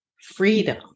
freedom